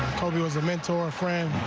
it was a mentor friend,